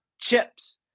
chips